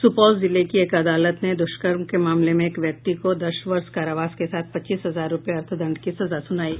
सुपौल जिले की एक अदालत ने दुष्कर्म के मामले में एक व्यक्ति को दस वर्ष कारावास के साथ पच्चीस हजार रुपये अर्थदंड की सजा सूनायी